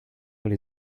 alle